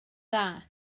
dda